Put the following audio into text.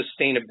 sustainability